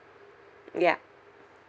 ya